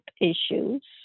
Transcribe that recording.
issues